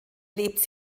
lebt